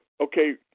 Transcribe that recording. okay